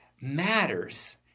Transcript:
matters